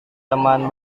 teman